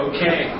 Okay